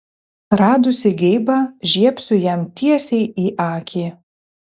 radusi geibą žiebsiu jam tiesiai į akį